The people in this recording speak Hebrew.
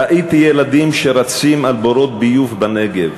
ראיתי ילדים שרצים על בורות ביוב בנגב.